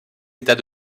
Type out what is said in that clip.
état